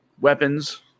weapons